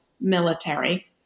military